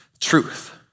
truth